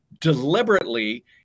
deliberately